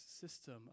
system